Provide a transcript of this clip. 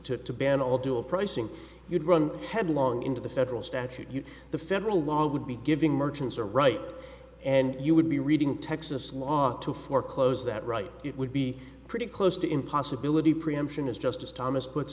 took to ban all dual pricing you'd run headlong into the federal statute the federal law would be giving merchants are right and you would be reading texas law to foreclose that right it would be pretty close to in possibility preemption as justice thomas puts